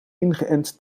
ingeënt